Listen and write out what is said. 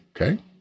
Okay